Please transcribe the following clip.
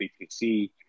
BTC